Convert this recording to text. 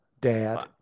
Dad